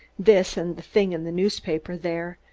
this, and the thing in the newspaper there!